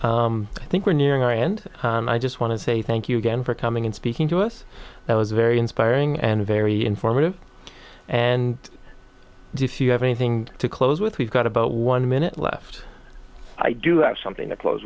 buddy i think we're nearing our end and i just want to say thank you again for coming in speaking to us that was very inspiring and very informative and diffuse anything to close with we've got about one minute left i do have something to close